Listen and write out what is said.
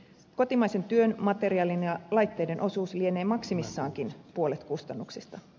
kotimaisen työn materiaalin ja laitteiden osuus lienee maksimissaankin puolet kustannuksista